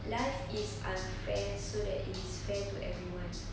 like is unfair so that it is fair to everyone